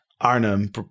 arnhem